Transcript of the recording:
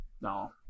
no